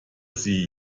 sie